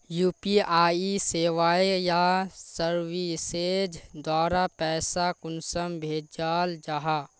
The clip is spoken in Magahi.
यु.पी.आई सेवाएँ या सर्विसेज द्वारा पैसा कुंसम भेजाल जाहा?